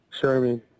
Sherman